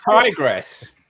tigress